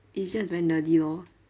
it's just very nerdy lor